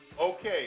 Okay